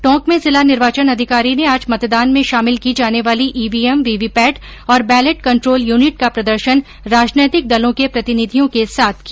टोंक में जिला निर्वाचन अधिकारी ने आज मतदान में शामिल की जाने वाली ईवीएम वीवीपैट और बैलेट कन्ट्रोल यूनिट का प्रदर्शन राजनैतिक दलों के प्रतिनिधियों के साथ किया